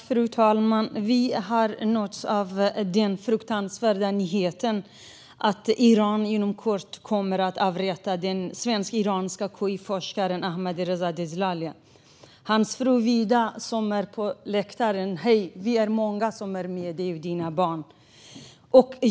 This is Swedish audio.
Fru talman! Vi har nåtts av den fruktansvärda nyheten att Iran inom kort kommer att avrätta den svensk-iranske KI-forskaren Ahmadreza Djalali. Hans fru Vida finns på läktaren. Hej, vi är många som står bakom dig och dina barn!